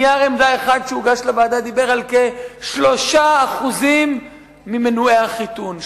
נייר עמדה אחד שהוגש לוועדה דיבר על כ-3% ממנועי החיתון,